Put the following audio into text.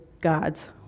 God's